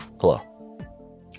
hello